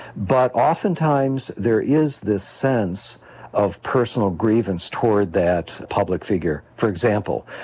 but oftentimes there is this sense of personal grievance towards that public figure. for example,